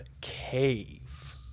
cave